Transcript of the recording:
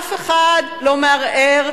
ואף אחד לא מערער,